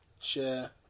Share